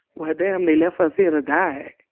well, damn, they left us here to die.